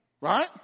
Right